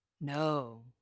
No